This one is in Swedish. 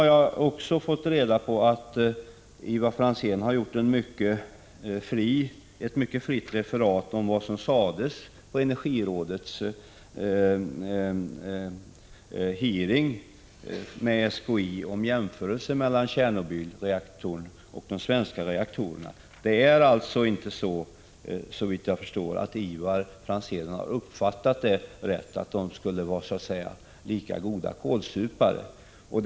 Jag har fått reda på att Ivar Franzén har gjort ett mycket fritt referat av vad som sades vid Energirådets hearing med SKI om jämförelserna mellan reaktorn i Tjernobyl och de svenska reaktorerna. Såvitt jag förstår har Ivar Franzén inte uppfattat det hela rätt, om han menar att dessa reaktorer skulle vara jämförbara.